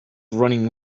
running